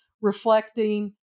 reflecting